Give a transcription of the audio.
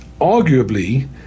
arguably